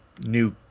New